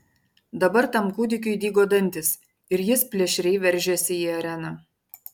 dabar tam kūdikiui dygo dantys ir jis plėšriai veržėsi į areną